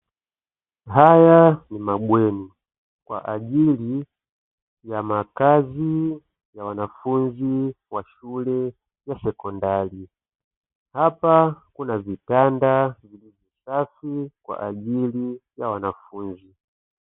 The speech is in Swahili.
Haya ni mabweni kwa ajili ya makazi ya wanafunzi wa shule za sekondari. Hapa kuna vitanda safi kwa ajili ya wanafunzi.